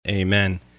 Amen